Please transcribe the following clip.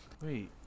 Wait